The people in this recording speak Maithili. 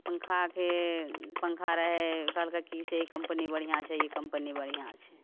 पन्खाके पन्खा रहै कहलकै कि से कम्पनी बढ़िआँ छै ई कम्पनी बढ़िआँ छै